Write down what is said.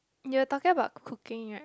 you're talking about cooking right